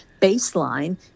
baseline